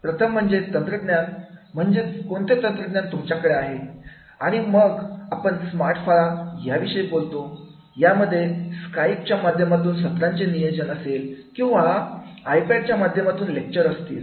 प्रथम म्हणजे तंत्रज्ञान म्हणजेच कोणते तंत्रज्ञान तुमच्याकडे आहे आणि मग आपण स्मार्ट फळा या विषयी बोलतो यामध्ये स्काईप च्या माध्यमातून सत्रांचे नियोजन किंवा आई पॅड च्या माध्यमातून लेक्चर असतील